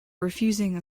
refusing